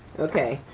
okay,